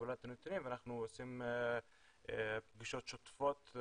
לקבלת הנתונים ואנחנו עושים פגישות שוטפות.